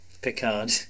Picard